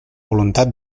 voluntat